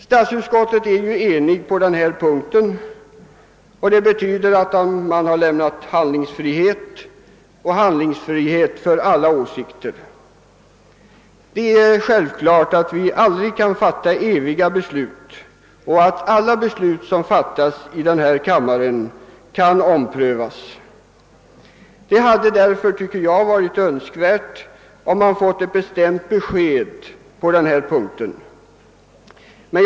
Statsutskottet är ju på denna punkt enigt om att det bör lämnas handlingsfrihet för alla åsikter. Det är självklart att våra beslut aldrig kan vara eviga, utan att alla beslut som fattas i denna kammare kan omprövas. Det hade emellertid enligt min mening varit bra, om man fått ett bestämt besked på den här punkten.